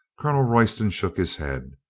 colonel royston shook his head.